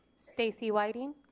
stacy whiting,